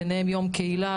ביניהם יום בקהילה,